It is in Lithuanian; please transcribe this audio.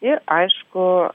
ir aišku